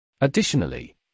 Additionally